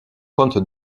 comte